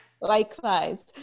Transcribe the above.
Likewise